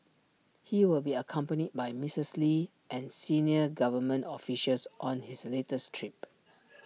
he will be accompanied by Missus lee and senior government officials on his latest trip